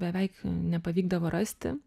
beveik nepavykdavo rasti